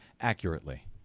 accurately